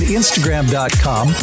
instagram.com